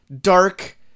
dark